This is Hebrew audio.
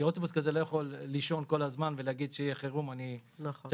אוטובוס כזה לא יכול לישון כל הזמן ולהגיד שיהיה חירום נשתמש בו.